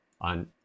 on